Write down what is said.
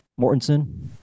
mortensen